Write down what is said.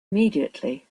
immediately